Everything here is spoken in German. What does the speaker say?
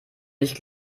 nicht